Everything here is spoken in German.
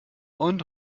und